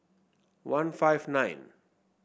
one five nine